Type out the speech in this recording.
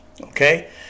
Okay